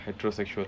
heterosexual